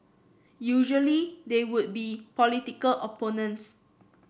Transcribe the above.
usually they would be political opponents